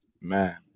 man